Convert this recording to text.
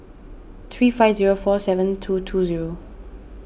three five zero four seven two two zero